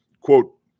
Quote